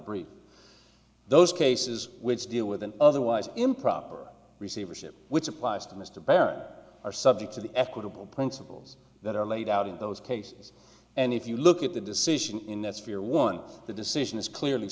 brief those cases which deal with an otherwise improper receivership which applies to mr baird are subject to the equitable principles that are laid out in those cases and if you look at the decision in that sphere one the decision is clearly